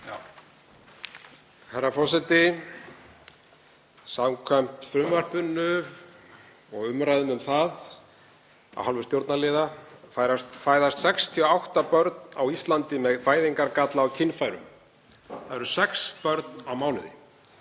Herra forseti. Samkvæmt frumvarpinu og umræðum um það af hálfu stjórnarliða fæðast 68 börn á ári á Íslandi með fæðingargalla á kynfærum. Það eru sex börn á mánuði.